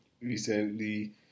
recently